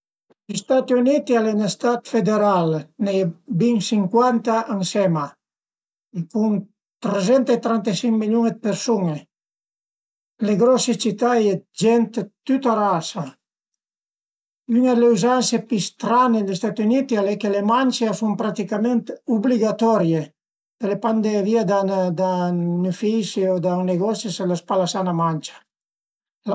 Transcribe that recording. Prima coza ëntà aveidì dürmì bin tüta la nöit, secunda coza la matin cuand të dezvìe ëntà pa avei sübit presa dë campese giü dal let, pöi t'ause e cumince a preparete ën po dë culasiun e cun calma sensa guardé tüti i mument la mustra ch'al e gia ura magari dë parti